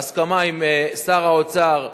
בהסכמה עם שר האוצר,